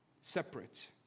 separate